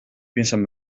piensan